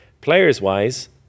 players-wise